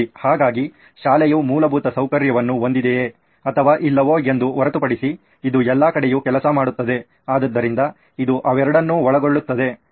ಹಾಗಾಗಿ ಶಾಲೆಯು ಮೂಲಭೂತ ಸೌಕರ್ಯವನ್ನು ಹೊಂದಿದೆಯೇ ಅಥವಾ ಇಲ್ಲವೋ ಎಂದು ಹೊರತುಪಡಿಸಿ ಇದು ಎಲ್ಲ ಕಡೆಯೂ ಕೆಲಸ ಮಾಡುತ್ತದೆ ಆದ್ದರಿಂದ ಇದು ಅವೆರಡನ್ನೂ ಒಳಗೊಳ್ಳುತ್ತದೆ